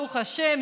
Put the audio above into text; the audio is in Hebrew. ברוך השם,